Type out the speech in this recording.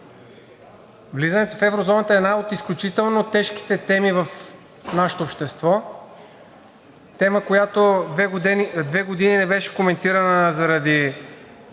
Влизането в еврозоната е една от изключително тежките теми в нашето общество. Тема, която две години не беше коментирана заради